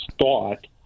thought